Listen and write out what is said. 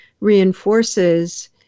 reinforces